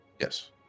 yes